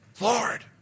Lord